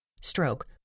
stroke